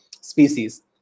species